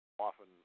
often